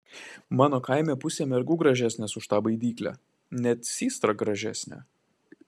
mano kaime pusė mergų gražesnės už tą baidyklę net systra gražesnė